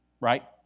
right